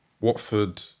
Watford